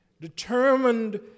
determined